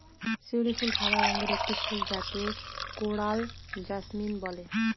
শিউলি ফুল সাদা রঙের একটি ফুল যাকে কোরাল জাসমিন বলে